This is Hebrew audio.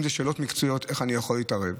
אם אלה שאלות מקצועיות, איך אני יכול להתערב?